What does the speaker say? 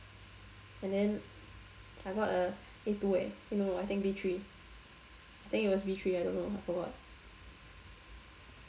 and then I got a a two leh eh no I think b three I think it was b three I don't know I forgot